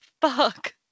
fuck